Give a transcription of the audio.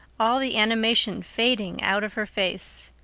all the animation fading out of her face.